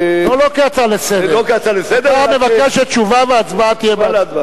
כשנלך ביחד בבחירות הקרובות שיהיו בשנה הקרובה,